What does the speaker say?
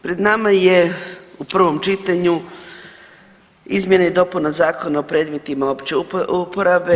Pred nama je u prvom čitanju izmjene i dopuna Zakona o predmetima opće uporabe.